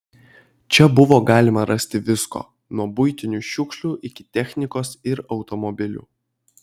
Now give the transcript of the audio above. čia buvo galima rasti visko nuo buitinių šiukšlių iki technikos ir automobilių